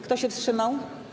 Kto się wstrzymał?